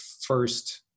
first